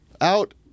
out